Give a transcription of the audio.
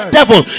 devil